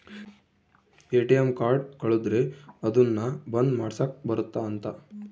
ATM card ಕಳುದ್ರೆ ಅದುನ್ನ ಬಂದ್ ಮಾಡ್ಸಕ್ ಬರುತ್ತ ಅಂತ